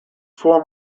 four